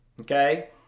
Okay